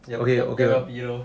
okay R_D lor